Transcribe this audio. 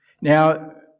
Now